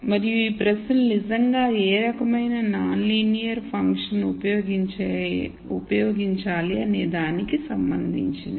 మరియు ఈ ప్రశ్నలు నిజంగా ఏ రకమైన నాన్ లీనియర్ ఫంక్షన్ ఉపయోగించాలి అనేదానికి సంబంధించినవి